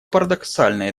парадоксально